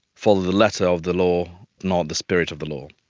follows the letter of the law, not the spirit of the law.